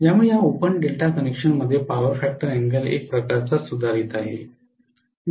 ज्यामुळे या open delta कनेक्शनमध्ये पॉवर फॅक्टर एंगल एक प्रकारचा सुधारित आहे